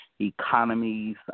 economies